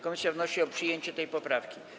Komisja wnosi o przyjęcie tej poprawki.